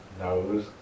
nose